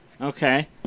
Okay